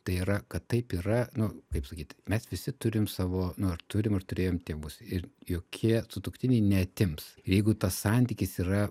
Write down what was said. tai yra kad taip yra nu kaip sakyt mes visi turim savo nu ar turim ar turėjom tėvus ir jokie sutuoktiniai neatims jeigu tas santykis yra